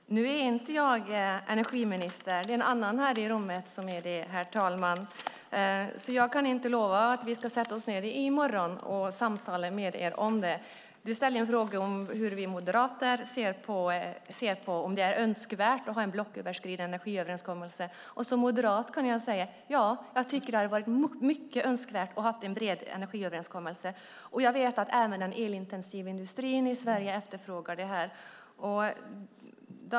Herr talman! Nu är inte jag energiminister. Det är en annan här i rummet som är det. Jag kan inte lova att vi ska sätta oss ned i morgon och samtala med er om det. Du ställde frågan hur vi moderater ser på om det är önskvärt att ha en blocköverskridande energiöverenskommelse. Som moderat kan jag säga att jag tycker att det hade varit mycket önskvärt att ha en bred energiöverenskommelse. Jag vet att även den elintensiva industrin i Sverige efterfrågar det här.